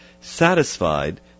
Satisfied